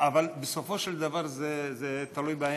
אבל בסופו של דבר זה תלוי בהן.